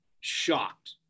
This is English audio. shocked